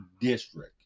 district